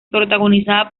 protagonizada